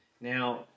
Now